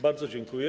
Bardzo dziękuję.